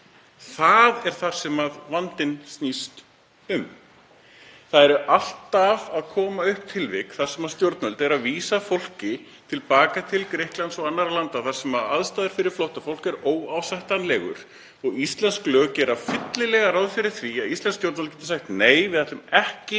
Það er það sem vandinn snýst um. Það eru alltaf að koma upp tilvik þar sem stjórnvöld eru að vísa fólki til baka til Grikklands og annarra landa þar sem aðstæður fyrir flóttafólk eru óásættanlegar og íslensk lög gera fyllilega ráð fyrir því að þau geti sagt: Nei, við ætlum ekki